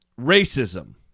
racism